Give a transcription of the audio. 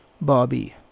Bobby